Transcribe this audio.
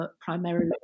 primarily